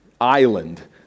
island